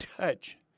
touch